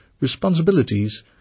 responsibilities